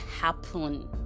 happen